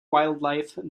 wildlife